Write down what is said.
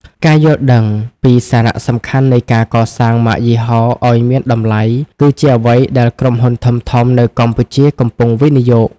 ការយល់ដឹងពីសារៈសំខាន់នៃការកសាងម៉ាកយីហោឱ្យមានតម្លៃ គឺជាអ្វីដែលក្រុមហ៊ុនធំៗនៅកម្ពុជាកំពុងវិនិយោគ។